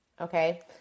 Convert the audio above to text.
okay